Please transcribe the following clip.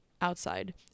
outside